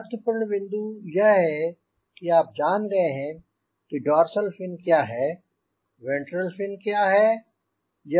महत्वपूर्ण बिंदु यह है कि आप जान गए हैं कि डोर्सल फिन क्या है वेंट्रल फिन क्या है